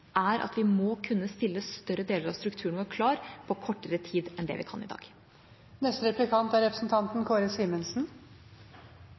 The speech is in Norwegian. er at vi må kunne stille større deler av strukturen vår klar på kortere tid enn det vi kan i dag. Jeg tror vi alle er